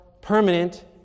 permanent